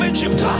Egypt